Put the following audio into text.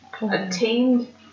attained